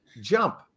jump